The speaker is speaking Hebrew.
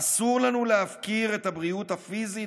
אסור לנו להפקיר את הבריאות הפיזית